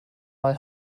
mal